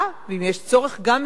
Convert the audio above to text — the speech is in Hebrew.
ואם יש צורך גם לפיצוי,